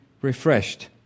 refreshed